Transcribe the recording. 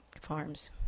farms